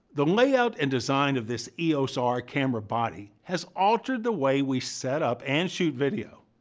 the layout and design of this eos-r camera body has altered the way we set up and shoot video.